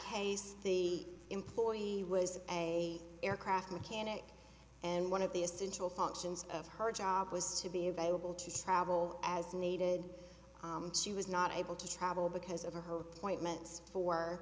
case the employee was a aircraft mechanic and one of the essential functions of her job was to be available to travel as needed she was not able to travel because of a whole point ments for